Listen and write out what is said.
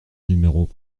numéro